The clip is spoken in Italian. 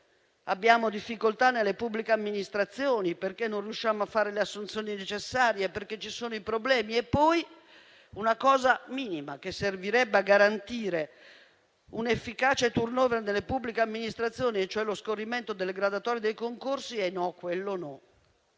abbiamo difficoltà nelle pubbliche amministrazioni, perché non riusciamo a fare le assunzioni necessarie, perché ci sono i problemi? Poi una cosa minima, che servirebbe a garantire un efficace *turnover* delle pubbliche amministrazioni, come lo scorrimento delle graduatorie dei concorsi, quella no,